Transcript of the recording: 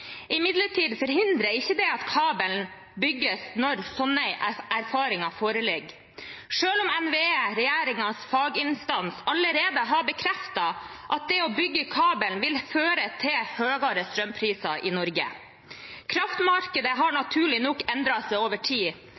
Imidlertid forhindrer ikke det at kabelen bygges når sånne erfaringer foreligger, selv om NVE, regjeringens faginstans, allerede har bekreftet at det å bygge kabelen vil føre til høyere strømpriser i Norge. Kraftmarkedet har naturlig nok endret seg over tid,